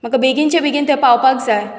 म्हाका बेगीनचे बेगीन थंय पावपाक जाय